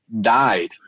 died